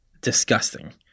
disgusting